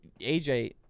AJ